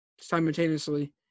Simultaneously